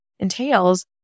Entails